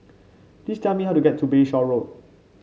please tell me how to get to Bayshore Road